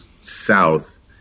south